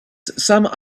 some